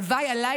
הלוואי עליי,